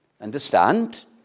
understand